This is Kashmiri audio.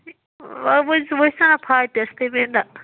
وۄنۍ ؤسزیٚو ؤسِو نا فاتِیس تِہ ؤنۍ نہ